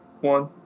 one